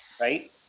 Right